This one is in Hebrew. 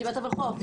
ישיבת הוולחו"פ,